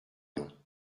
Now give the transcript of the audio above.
vingts